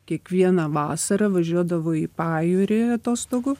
kiekvieną vasarą važiuodavo į pajūrį atostogų